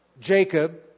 Jacob